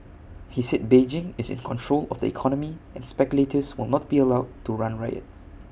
he said Beijing is in control of the economy and speculators will not be allowed to run riot